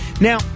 Now